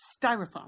styrofoam